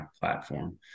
platform